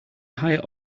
higher